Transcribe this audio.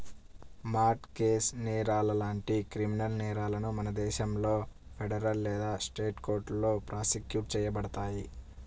mart gauge నేరాలు లాంటి criminal నేరాలను మన దేశంలో ఫెడరల్ లేదా స్టేట్ కోర్టులో ప్రాసిక్యూట్ చేయబడతాయి